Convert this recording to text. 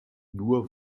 nur